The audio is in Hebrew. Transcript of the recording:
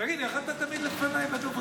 תגיד, איך אתה תמיד לפניי בדוברים?